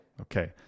Okay